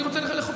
אני רוצה לחוקק,